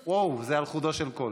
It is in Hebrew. זה על חודו של קול.